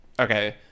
Okay